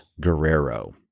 Guerrero